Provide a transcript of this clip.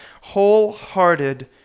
wholehearted